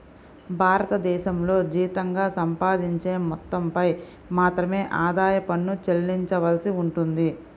భారతదేశంలో జీతంగా సంపాదించే మొత్తంపై మాత్రమే ఆదాయ పన్ను చెల్లించవలసి ఉంటుంది